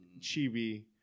Chibi